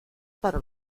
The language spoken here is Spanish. para